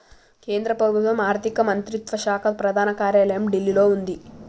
కేంద్ర ప్రభుత్వం ఆర్ధిక మంత్రిత్వ శాఖ ప్రధాన కార్యాలయం ఢిల్లీలో వుంది